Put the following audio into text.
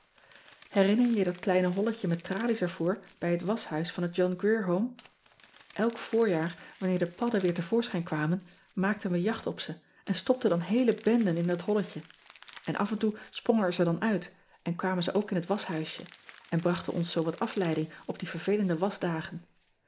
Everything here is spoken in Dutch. erinner je je dat kleine holletje met tralies ervoor bij het waschhuis van het ohn rier ome lk voorjaar wanneer de padden weer te voorschijn kwamen maakten we jacht op ze en stopten dan heele benden in dat holletje n af en toe sprongen ze er dan uit en kwamen ean ebster adertje angbeen ze ook in t waschhuisje en brachten ons zoo wat afleiding op die vervelende